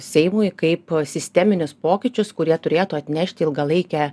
seimui kaip sisteminius pokyčius kurie turėtų atnešti ilgalaikę